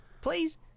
please